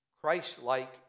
Christ-like